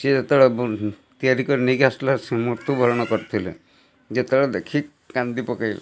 ସିଏ ଯେତେବେଳେ ତିଆରି କରି ନେଇକି ଆସୁଥିଲା ମୃତ୍ୟୁବରଣ କରିଥିଲେ ଯେତେବେଳେ ଦେଖି କାନ୍ଦି ପକେଇଲେ